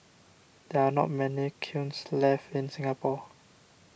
there are not many kilns left in Singapore